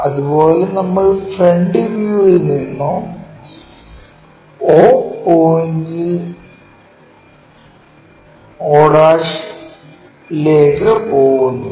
അതുപോലെ നമ്മൾ ഫ്രണ്ട് വ്യൂവിൽ നിന്നോ 0 പോയിൻറ് o' ലേക്ക് പോകുന്നു